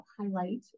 highlight